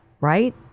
Right